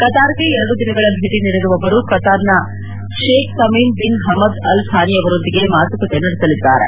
ಕತಾರ್ಗೆ ಎರಡು ದಿನಗಳ ಭೇಟಿ ನೀಡಿರುವ ಅವರು ಕತಾರ್ನ Sheikh Tamim bin Hamad Al Thani ಅವರೊಂದಿಗೆ ಮಾತುಕತೆ ನಡೆಸಲಿದ್ದಾರೆ